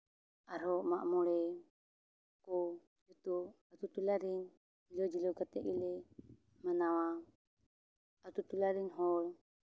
ᱟᱨᱦᱚᱸ ᱢᱟᱜ ᱢᱚᱬᱮ ᱠᱚ ᱡᱚᱛᱚ ᱟᱛᱳᱼᱴᱚᱞᱟ ᱨᱮᱱ ᱠᱩᱲᱟᱹᱣᱼᱡᱩᱲᱟᱹᱣ ᱠᱟᱛᱮ ᱜᱮᱞᱮ ᱢᱟᱱᱟᱣᱟ ᱟᱛᱳᱼᱴᱚᱞᱟ ᱨᱮᱱ ᱦᱚᱲ